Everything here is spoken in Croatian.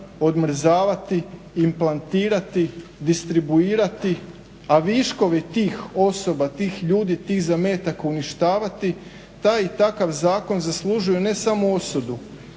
odmrzavati, implantirati, distribuirati, a viškovi tih osoba, tih ljudi, tih zametaka uništavati taj i takav zakon zaslužuju ne samo osudu